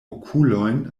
okulojn